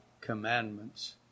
commandments